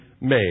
made